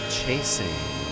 chasing